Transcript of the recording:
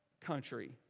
country